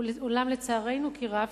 אולם לצערנו כי רב,